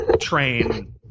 train